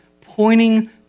pointing